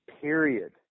period